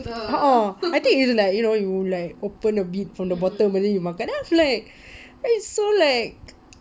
uh uh I think it was like you know you like open a bit from the bottom then you makan then I'm like but it's so like